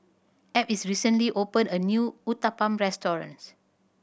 Ab recently opened a new Uthapam Restaurant